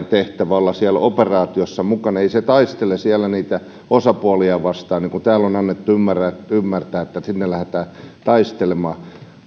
tehtävä on olla siinä operaatiossa mukana ei se taistele siellä niitä osapuolia vastaan niin kuin täällä on annettu ymmärtää ymmärtää että sinne lähdetään taistelemaan